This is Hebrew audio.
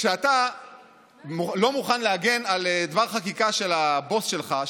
כשאתה לא מוכן להגן על דבר חקיקה של הבוס שלך,